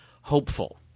hopeful